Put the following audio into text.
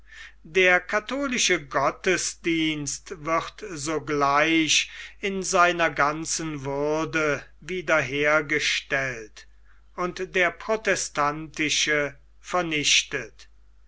der katholische gottesdienst wird sogleich in seiner ganzen würde wiederhergestellt und der protestantische vernichtet